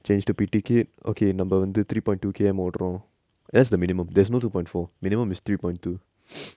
change to P_T kit okay நம்ம வந்து:namma vanthu three point two K_M ஓடுரோ:oduro that's the minimum there's no two point four minimum is three point two